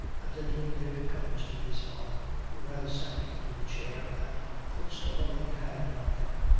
evidently dick comes to his father, who has sank into a chair, and puts a loving hand on him.